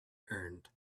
earned